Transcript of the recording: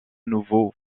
nouveaux